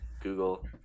Google